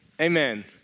Amen